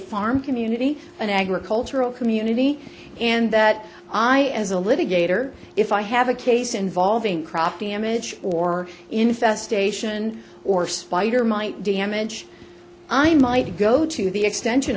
farm community an agricultural community and that i as a living gator if i have a case involving crop damage or infestation or spider mite damage i might go to the extension